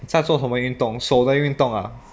在做什么运动手的运动啊